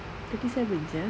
thirty seven sia